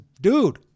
dude